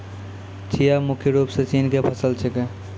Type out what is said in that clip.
चिया मुख्य रूप सॅ चीन के फसल छेकै